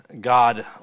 God